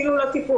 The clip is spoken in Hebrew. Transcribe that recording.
אפילו לא טיפול.